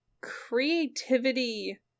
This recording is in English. creativity